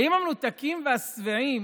האם המנותקים והשבעים